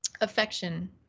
affection